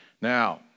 Now